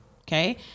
okay